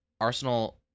Arsenal